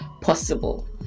possible